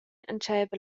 entscheiva